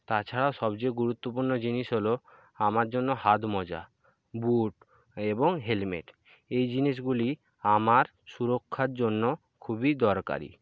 তাছাড়াও সবচেয়ে গুরুত্বপূর্ণ জিনিস হলো আমার জন্য হাত মোজা বুট এবং হেলমেট এই জিনিসগুলি আমার সুরক্ষার জন্য খুবই দরকারি